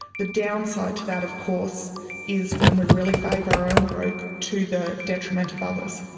the downside to that of course is when we really favour our own group to the detriment of others.